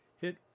hit